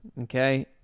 Okay